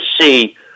see